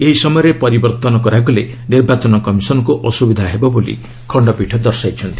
ଏହି ସମୟରେ ପରିବର୍ତ୍ତନ କରାଗଲେ ନିର୍ବାଚନ କମିଶନ୍ଙ୍କୁ ଅସ୍ତ୍ରବିଧା ହେବ ବୋଲି ଖଣ୍ଡପୀଠ କହିଚ୍ଚନ୍ତି